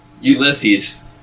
Ulysses